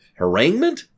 Harangment